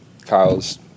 Kyle's